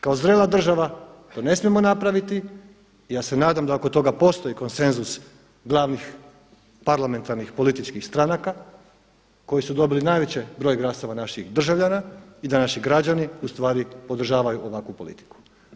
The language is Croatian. Kao zrela država to ne smijemo napraviti i ja se nadam da oko toga postoji konsenzus glavnih parlamentarnih političkih stranaka koji su dobili najveći broj glasova naših državljana i da naši građani u stvari podržavaju ovakvu politiku.